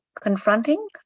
confronting